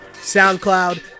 SoundCloud